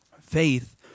Faith